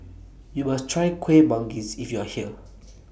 YOU must Try Kuih Manggis when YOU Are here